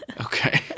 Okay